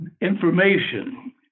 information